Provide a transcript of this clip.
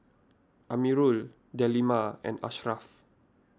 Amirul Delima and Ashraff